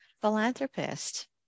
philanthropist